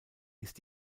ist